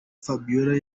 fabiola